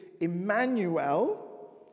Emmanuel